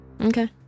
Okay